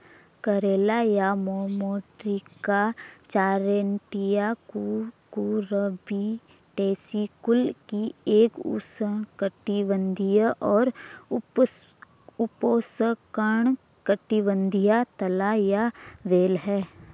करेला या Momordica charantia Cucurbitaceae कुल की एक उष्णकटिबंधीय और उपोष्णकटिबंधीय लता या बेल है